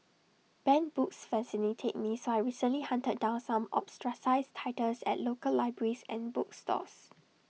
banned books fascinate me so I recently hunted down some ostracised titles at local libraries and bookstores